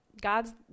God's